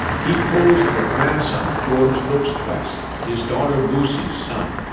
he posed with grandson george looks twice, his daughter lucy's son.